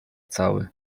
cały